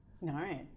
no